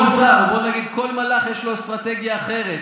כל שר, בואו נגיד, כל מלח, יש לו אסטרטגיה אחרת.